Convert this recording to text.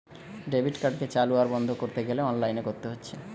debit কার্ডকে চালু আর বন্ধ কোরতে গ্যালে অনলাইনে কোরতে হচ্ছে